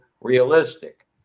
realistic